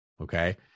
okay